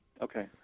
Okay